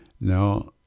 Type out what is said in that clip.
Now